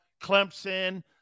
Clemson